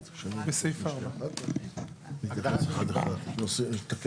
בסעיף 4. כן, נו?